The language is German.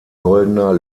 goldener